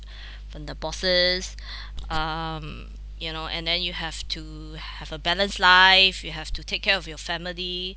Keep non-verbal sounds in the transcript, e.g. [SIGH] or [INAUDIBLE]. [BREATH] from the bosses [BREATH] um you know and then you have to have a balanced life you have to take care of your family